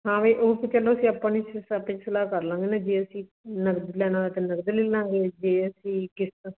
ਹਾਂ ਵੀ ਉਹ ਤਾਂ ਚਲੋ ਅਸੀਂ ਆਪਾਂ ਸਲਾਹ ਕਰ ਲਾਂਗੇ ਨਾ ਜੇ ਅਸੀਂ ਨਗਦ ਲੈਣ ਹੋਇਆ ਤਾਂ ਨਗਦ ਲੈ ਲਾਂਗੇ ਜੇ ਅਸੀਂ ਕਿਸ਼ਤ